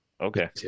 Okay